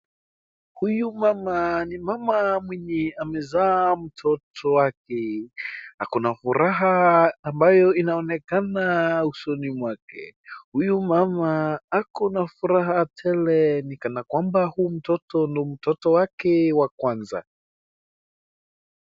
Huyu mama ni mama mwenye amezaa mtoto wake. Akona furaha ambayo inaonekana usoni mwake. Huyu mama akona furaha tele ni kana kwamba huyu mtoto ni mtoto wake wa kwanza.